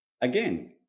again